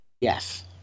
Yes